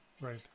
Right